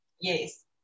Yes